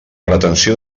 retenció